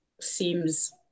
seems